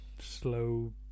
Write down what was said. slow